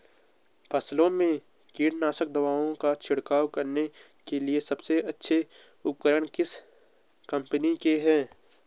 फसलों में कीटनाशक दवाओं का छिड़काव करने के लिए सबसे अच्छे उपकरण किस कंपनी के हैं?